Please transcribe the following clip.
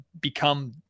become